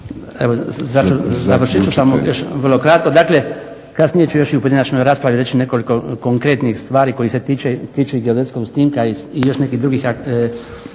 … Završit ću, još samo kratko. Dakle, kasnije ću još i u pojedinačnoj raspravi reći nekoliko konkretnih stvari koje se tiču geodetskog snimka i još nekih drugih instituta